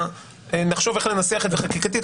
נחשוב איך לנסח את זה חקיקתית.